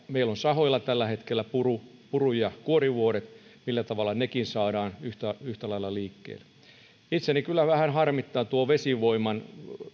meillä on sahoilla tällä hetkellä puru puru ja kuorivuoret ja nekin saadaan yhtä yhtä lailla liikkeelle itseäni kyllä vähän harmittaa tuo vesivoiman